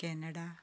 Canada